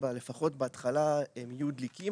לפחות בהתחלה הם יהיו דליקים,